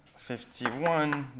fifty one,